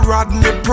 Rodney